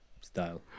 style